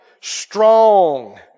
strong